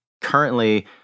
currently